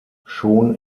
schon